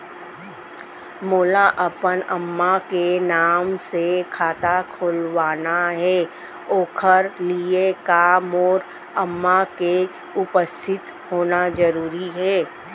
मोला अपन अम्मा के नाम से खाता खोलवाना हे ओखर लिए का मोर अम्मा के उपस्थित होना जरूरी हे?